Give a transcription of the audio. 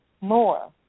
more